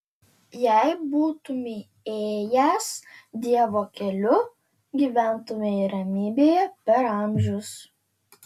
jei būtumei ėjęs dievo keliu gyventumei ramybėje per amžius